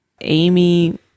Amy